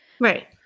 right